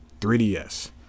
3DS